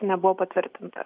nebuvo patvirtinta